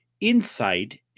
insight